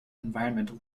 environmental